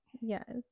Yes